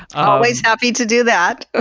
always happy to do that. ah